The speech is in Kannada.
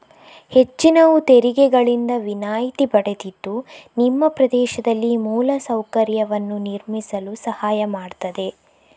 ಹೆಚ್ಚಿನವು ತೆರಿಗೆಗಳಿಂದ ವಿನಾಯಿತಿ ಪಡೆದಿದ್ದು ನಿಮ್ಮ ಪ್ರದೇಶದಲ್ಲಿ ಮೂಲ ಸೌಕರ್ಯವನ್ನು ನಿರ್ಮಿಸಲು ಸಹಾಯ ಮಾಡ್ತದೆ